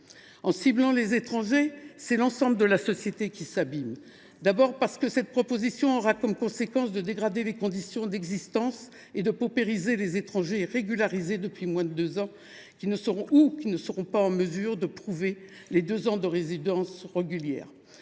En ciblant les étrangers, c’est l’ensemble de la société qui s’abîme. D’abord, parce que cette proposition de loi entraînera une dégradation des conditions d’existence et une paupérisation des étrangers régularisés depuis moins de deux ans ou qui ne seront pas en mesure de prouver les deux ans de résidence régulière.